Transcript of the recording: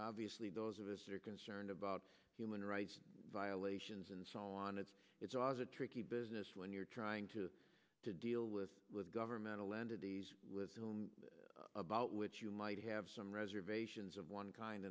obviously those of us are concerned about human rights violations and so on it's it's always a tricky business when you're trying to deal with live governmental entities about which you might have some reservations of one kind